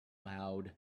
loud